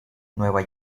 nueva